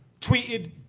tweeted